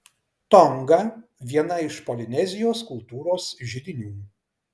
tonga viena iš polinezijos kultūros židinių